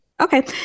Okay